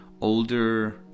older